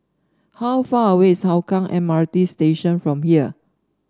how far away is Hougang M R T Station from here